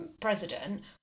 president